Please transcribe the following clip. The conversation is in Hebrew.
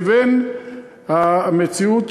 לבין המציאות,